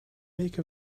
make